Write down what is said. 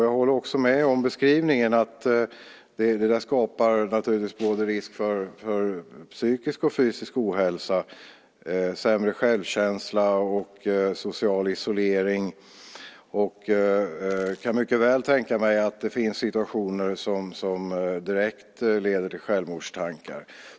Jag håller också med om beskrivningen att det naturligtvis skapar risk för både psykisk och fysisk ohälsa, sämre självkänsla och social isolering. Jag kan mycket väl tänka mig att det även finns situationer som direkt leder till självmordstankar.